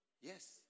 Yes